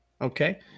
Okay